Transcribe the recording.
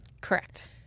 Correct